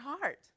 heart